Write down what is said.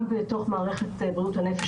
גם מערכת השיקום,